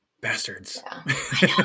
Bastards